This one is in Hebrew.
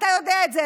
אתה יודע את זה,